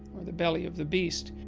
or the belly of the beast.